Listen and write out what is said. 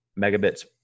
megabits